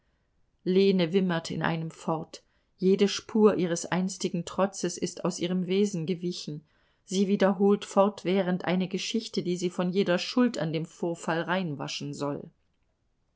wimmert in einem fort jede spur ihres einstigen trotzes ist aus ihrem wesen gewichen sie wiederholt fortwährend eine geschichte die sie von jeder schuld an dem vorfall reinwaschen soll